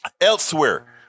elsewhere